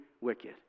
wicked